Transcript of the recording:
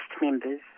members